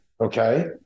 Okay